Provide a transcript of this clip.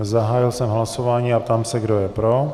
Zahájil jsem hlasování a ptám se, kdo je pro.